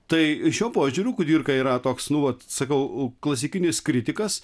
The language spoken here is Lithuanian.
tai šiuo požiūriu kudirka yra toks nu vat sakau klasikinis kritikas